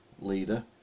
leader